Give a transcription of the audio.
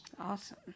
Awesome